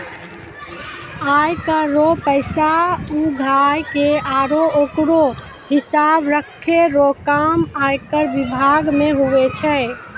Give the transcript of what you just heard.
आय कर रो पैसा उघाय के आरो ओकरो हिसाब राखै रो काम आयकर बिभाग मे हुवै छै